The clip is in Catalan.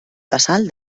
casal